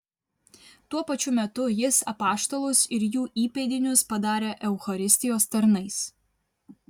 tuo pačiu metu jis apaštalus ir jų įpėdinius padarė eucharistijos tarnais